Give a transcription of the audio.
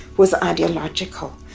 was ideological.